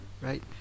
Right